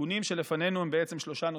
התיקונים שלפנינו הם בעצם שלושה נושאים: